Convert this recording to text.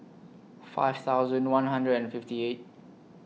five thousand one hundred and fifty eight